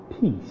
peace